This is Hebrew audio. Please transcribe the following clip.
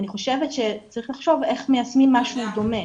ואני חושבת שצריך לחשוב איך מיישמים משהו דומה.